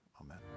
Amen